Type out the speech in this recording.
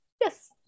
Yes